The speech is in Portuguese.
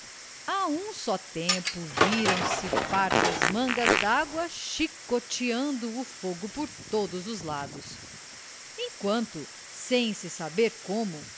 a um só tempo viram se fartas mangas dágua chicoteando o fogo por todos os lados enquanto sem se saber como